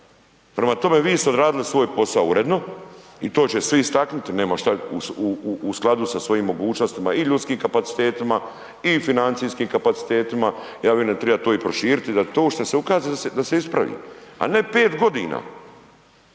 Prema tome, vi ste odradili svoj posao uredno i to će svi istaknuti, nema, u skladu sa svojim mogućnosti i ljudskim kapacitetima, i financijski kapacitetima, ja vjerujem to treba i proširiti, da to što se ukaže, da se ispravi. A ne 5 godina,